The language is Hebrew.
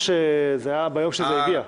זה היה ביום שזה הגיע.